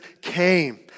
came